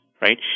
right